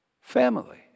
family